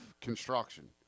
construction